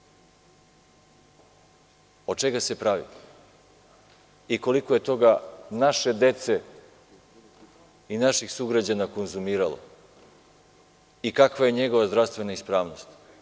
Od čega se pravi i koliko je toga naše dece i naših sugrađana konzumiralo i kakva je njegova zdravstvena ispravnost.